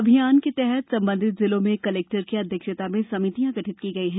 अभियान के तहत संबंधित जिलों में कलेक्टर की अध्यक्षता में समितियाँ गठित की गई हैं